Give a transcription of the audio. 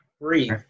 breathe